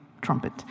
trumpet